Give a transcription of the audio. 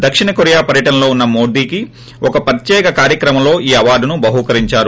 దక్షిణ కొరియా పర్యటనలో ఉన్న మోడీకి ఒక ్ప్రత్యేక కార్యక్రమంలో ఈ అవార్దును బహూకరించారు